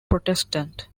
protestant